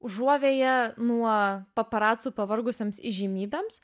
užuovėja nuo paparacų pavargusioms įžymybėms